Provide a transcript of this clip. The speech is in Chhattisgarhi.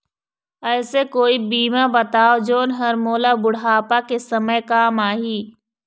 ऐसे कोई बीमा बताव जोन हर मोला बुढ़ापा के समय काम आही?